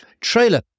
trailer